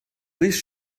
please